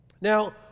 Now